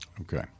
Okay